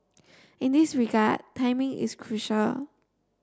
in this regard timing is crucial